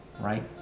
right